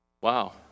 wow